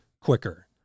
quicker